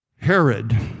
Herod